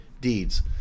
deeds